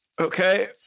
Okay